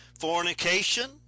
Fornication